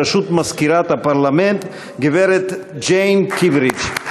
בראשות מזכירת הפרלמנט הגברת ג'יין קיביריג'.